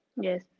Yes